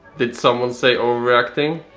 did someone say overreacting?